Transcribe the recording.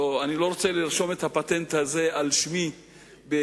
אני לא רוצה לרשום את הפטנט הזה על שמי בישראל.